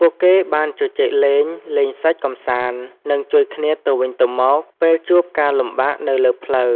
ពួកគេបានជជែកលេង លេងសើចកម្សាន្ត និង ជួយគ្នាទៅវិញទៅមក ពេលជួបការលំបាកនៅលើផ្លូវ